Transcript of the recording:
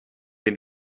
den